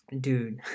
Dude